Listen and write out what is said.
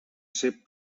cep